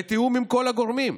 בתיאום עם כל הגורמים,